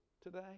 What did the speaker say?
today